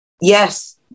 Yes